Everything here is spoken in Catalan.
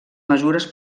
mesures